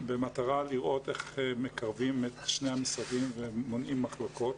במטרה לראות איך מקרבים את שני המשרדים ומונעים מחלוקות,